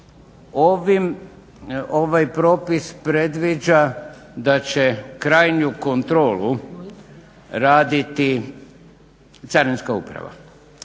Ovaj propis predviđa da će kranju kontrolu raditi carinska uprava.